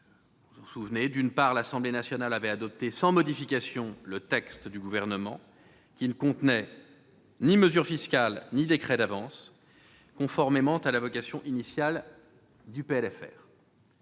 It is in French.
de la première lecture. L'Assemblée nationale avait adopté sans modifications le texte du Gouvernement qui ne contenait ni mesure fiscale ni décret d'avance, conformément à la vocation initiale du PLFR.